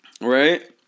Right